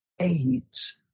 AIDS